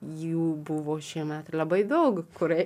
jų buvo šiemet labai daug kurioj